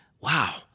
wow